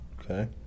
Okay